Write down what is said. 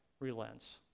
relents